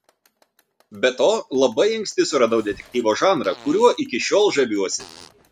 be to labai anksti suradau detektyvo žanrą kuriuo iki šiol žaviuosi